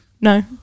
No